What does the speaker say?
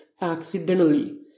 accidentally